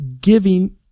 giving